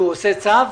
שהוא עושה צו?